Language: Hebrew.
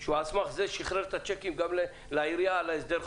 כי על סמך זה הוא שחרר צ'קים גם לעירייה להסדר חוב,